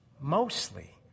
mostly